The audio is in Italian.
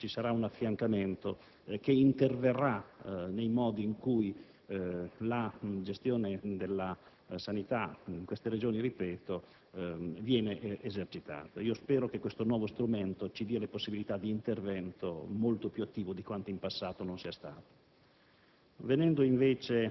Per fare questo però, ripeto, ci sarà un affiancamento che interverrà sui modi in cui la gestione della sanità in queste Regioni viene esercitata. Spero che questo nuovo strumento ci consenta un intervento molto più attivo di quanto non sia stato